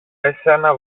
εσένα